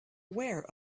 aware